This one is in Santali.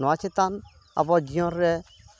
ᱱᱚᱣᱟ ᱪᱮᱛᱟᱱ ᱟᱵᱚᱣᱟᱜ ᱡᱤᱭᱚᱱ ᱨᱮ